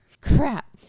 Crap